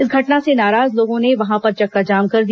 इस घटना से नाराज लोगों ने वहां पर चक्काजाम कर दिया